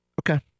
Okay